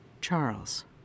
Charles